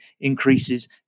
increases